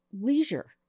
leisure